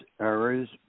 errors